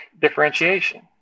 differentiation